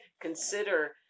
consider